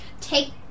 Take